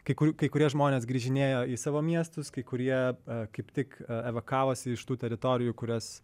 kai kurių kai kurie žmonės grįžinėjo į savo miestus kai kurie kaip tik evakavosi iš tų teritorijų kurias